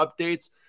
updates